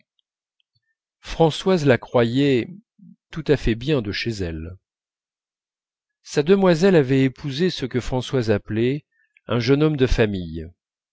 françoise la croyait tout à fait bien de chez elle sa demoiselle avait épousé ce que françoise appelait un jeune homme de famille